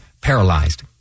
paralyzed